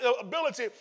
ability